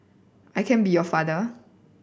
I can be your father